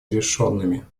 нерешенными